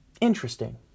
interesting